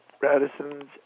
Radisson's